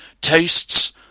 tastes